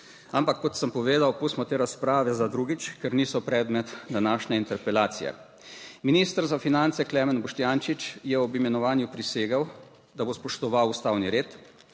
Ampak kot sem povedal, pustimo te razprave za drugič, ker niso predmet današnje interpelacije. Minister za finance Klemen Boštjančič je ob imenovanju prisegel, da bo spoštoval ustavni red,